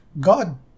God